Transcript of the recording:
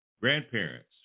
grandparents